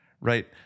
Right